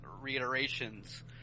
reiterations